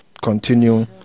continue